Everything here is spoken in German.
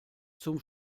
zum